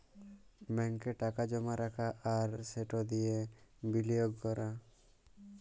ব্যাংকে টাকা জমা রাখা আর সেট দিঁয়ে বিলিয়গ ক্যরা